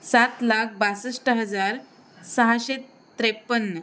सात लाख बासष्ट हजार सहाशे त्रेपन्न